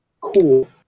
Cool